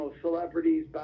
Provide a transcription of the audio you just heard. celebrities